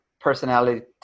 personality